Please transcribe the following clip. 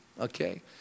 Okay